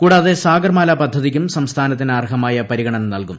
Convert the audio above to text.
കൂടാതെ സാഗർമാല പദ്ധതിക്കും സംസ്ഥാനത്തിന് അർഹമായ പരിഗണന നൽകും